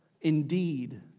indeed